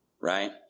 right